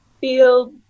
feel